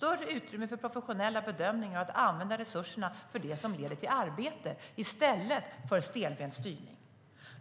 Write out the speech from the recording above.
Jag vill ha större utrymme för professionella bedömningar och att man använder resurserna till det som leder till arbete i stället för stelbent styrning.